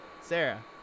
Sarah